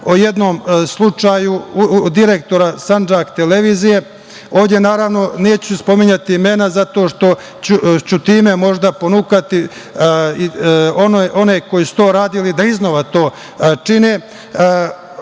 o jednom slučaju direktora Sandžak televizije. Ovde naravno neću spominjati imena, zato što ću možda time ponukati one koji su to radili da iznova to čine